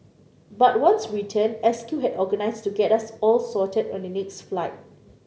but once we returned S Q had organised to get us all sorted on the next flight